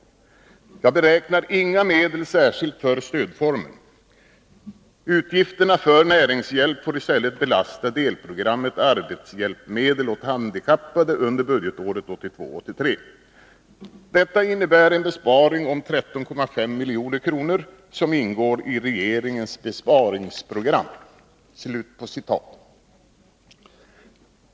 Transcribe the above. Jag beräknar inga medel särskilt för stödformen. Utgifterna för näringshjälp får i stället belasta delprogrammet Arbetshjälpmedel åt handikappade under budgetåret 1982/83. Detta innebär en besparing om 13,5 milj.kr., som ingår i regeringens besparingsprogram.” Herr talman!